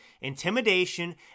intimidation